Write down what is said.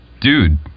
dude